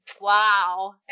wow